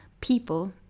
people